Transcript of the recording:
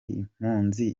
impunzi